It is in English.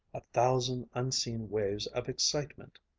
a thousand unseen waves of excitement.